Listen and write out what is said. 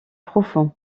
profond